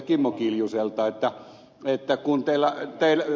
kimmo kiljuselta kun ed